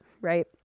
right